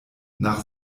nach